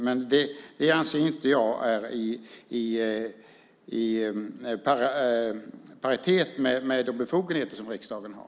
Men det anser inte jag är i paritet med de befogenheter som riksdagen har.